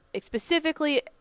specifically